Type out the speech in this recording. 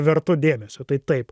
vertu dėmesio tai taip